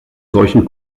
solchen